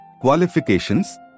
Qualifications